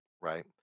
right